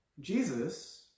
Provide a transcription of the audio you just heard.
jesus